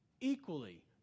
equally